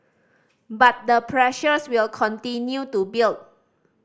but the pressures will continue to build